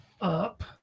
up